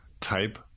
type